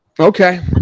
Okay